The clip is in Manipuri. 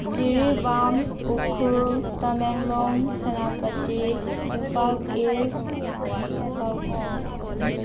Jiribam Ukhrul Tamenglong Senapati Imphal east Imphal west